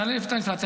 נעלה את האינפלציה,